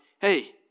hey